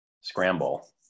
scramble